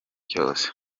cyose